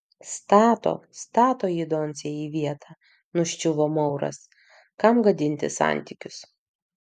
stato stato jį doncė į vietą nuščiuvo mauras kam gadinti santykius